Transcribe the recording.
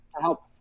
help